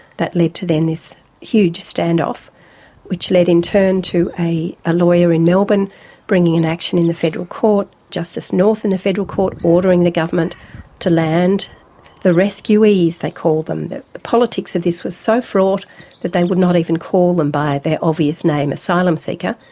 that led to then this huge stand-off which led in turn to a ah lawyer in melbourne bringing an action in the federal court justice north from and the federal court ordering the government to land the rescuees, they called them. the the politics of this was so fraught that they would not even call them by their obvious name, asylum seeker,